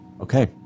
Okay